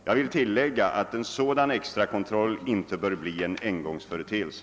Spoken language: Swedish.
Jag vill tilllägga att en sådan extra kontroll inte bör bli en engångsföreteelse.